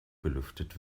belüftet